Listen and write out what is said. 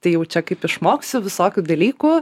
tai jau čia kaip išmoksiu visokių dalykų